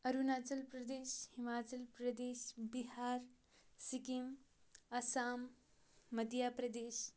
Arunachal Pradesh Himachal Pradesh Bihar Sikkim Assam Madhya Pradesh